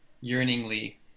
yearningly